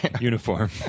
uniform